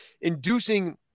inducing